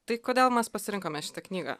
tai kodėl mes pasirinkome šitą knygą